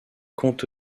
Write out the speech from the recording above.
compte